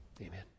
amen